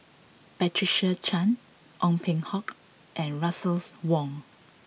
Patricia Chan Ong Peng Hock and Russel Wong